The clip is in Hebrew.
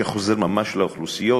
שחוזר ממש לאוכלוסיות.